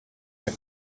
der